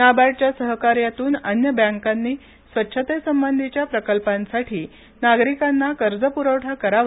नाबार्डच्या सहकार्यातून अन्य बँकांनी स्वच्छतेसंबंधीच्या प्रकल्पांसाठी नागरिकांना कर्ज प्रवठा करावा